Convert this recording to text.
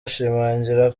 ashimangira